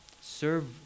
serve